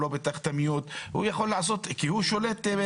הוא לא פותח את ה-מיוט כי הוא שולט.